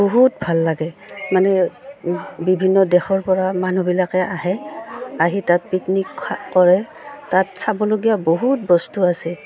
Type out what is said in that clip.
বহুত ভাল লাগে মানে বিভিন্ন দেশৰ পৰা মানুহবিলাকে আহে আহি তাত পিকনিক কৰে তাত চাবলগীয়া বহুত বস্তু আছে